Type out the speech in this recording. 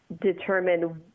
determine